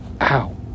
Ow